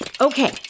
Okay